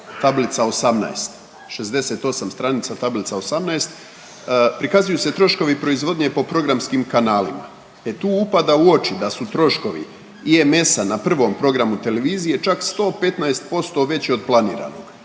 tablica 18, 68 stranica, tablica 18 prikazuju se troškovi proizvodnje po programskim kanalima. E tu upada u oči da su troškovi IMS-a na prvom programu televizije čak 115% veći od planiranog,